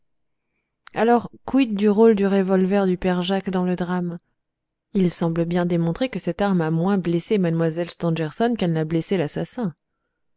alors quid du rôle du revolver du père jacques dans le drame il semble bien démontré que cette arme a moins blessé mlle stangerson qu'elle n'a blessé l'assassin